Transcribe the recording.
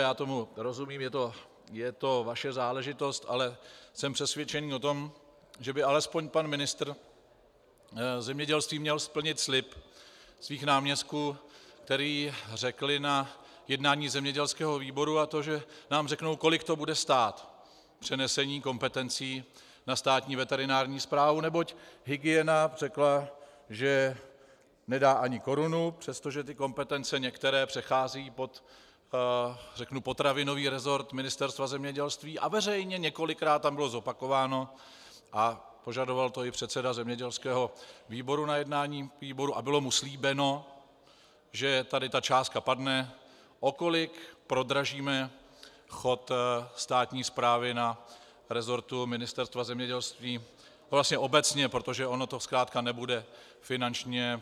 Já tomu rozumím, je to vaše záležitost, ale jsem přesvědčený o tom, že by alespoň pan ministr zemědělství měl splnit slib svých náměstků, kteří řekli na jednání zemědělského výboru, a to že nám řeknou, kolik to bude stát, přenesení kompetencí na Státní veterinární správu, neboť hygiena řekla, že nedá ani korunu, přestože některé kompetence přecházejí pod potravinový resort Ministerstva zemědělství, a veřejně několikrát tam bylo zopakováno, a požadoval to i předseda zemědělského výboru na jednání výboru a bylo mu slíbeno, že tady ta částka padne, o kolik prodražíme chod státní správy na resortu Ministerstva zemědělství, vlastně obecně, protože ono to zkrátka nebude finančně neutrální.